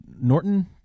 Norton